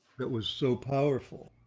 that was so powerful